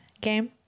game